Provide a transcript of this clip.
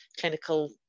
clinical